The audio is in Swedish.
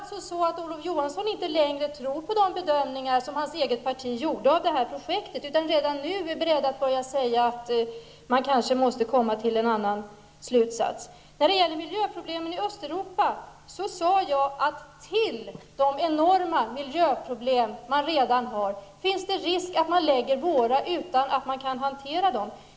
Tror Olof Johansson inte längre på de bedömningar som hans eget parti gjorde av projektet utan är redan nu beredd att säga att man kanske måste komma till en annan slutsats? När det gäller miljöproblemen i Östeuropa sade jag att det finns en risk för att vi till de enorma miljöproblem som man redan har där lägger våra problem utan att man där kan hantera dem.